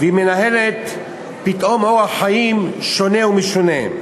והיא מנהלת פתאום אורח חיים שונה ומשונה.